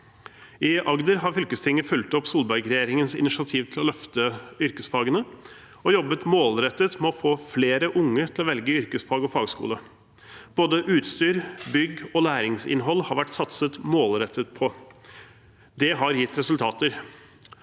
I Agder har fylkestinget fulgt opp Solberg-regjeringens initiativ for å løfte yrkesfagene og jobbet målrettet med å få flere unge til å velge yrkesfag og fagskole. Både utstyr, bygg og læringsinnhold har vært satset målrettet på. Det har gitt resultater.